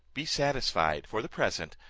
be satisfied, for the present,